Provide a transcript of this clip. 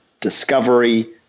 discovery